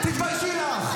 את לוחמי כפיר,